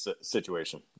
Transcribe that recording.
situation